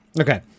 Okay